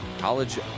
college